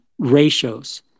ratios